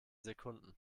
sekunden